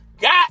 got